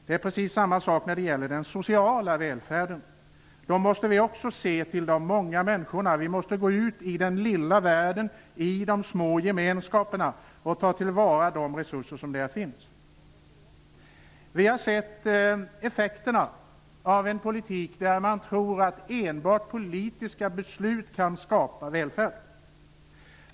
Det är precis samma sak när det gäller den sociala välfärden. Då måste vi också se till de många människorna. Vi måste gå ut i den lilla världen, i de små gemenskaperna och ta till vara de resurser som där finns. Vi har sett effekterna av en politik där man tror att enbart politiska beslut kan skapa välfärd.